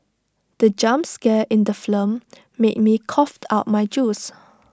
the jump scare in the film made me cough out my juice